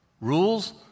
Rules